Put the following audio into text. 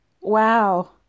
Wow